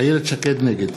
נגד